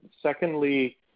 secondly